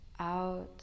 Out